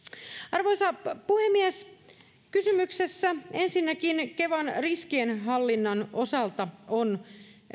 arvoisa puhemies kysymyksessä ensinnäkin kevan riskienhallinnan osalta on